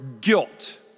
guilt